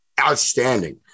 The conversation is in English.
Outstanding